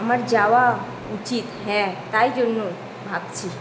আমার যাওয়া উচিত হ্যাঁ তাই জন্য ভাবছি